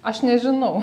aš nežinau